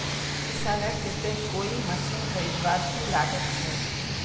किसानेर केते कोई मशीन खरीदवार की लागत छे?